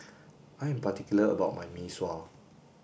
I am particular about my Mee Sua